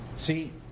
See